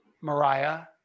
Mariah